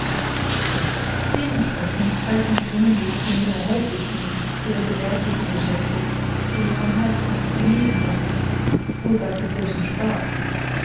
dem entsprechend halten die jungen mädchen ihre häuslichen oder gewerblichen geschäfte in ihrem herzen für nebensache wohl gar für bloßen spaß